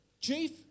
chief